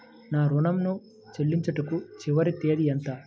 నా ఋణం ను చెల్లించుటకు చివరి తేదీ ఎంత?